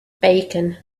bacon